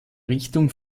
richtung